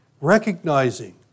recognizing